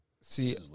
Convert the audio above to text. See